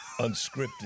unscripted